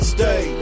Stay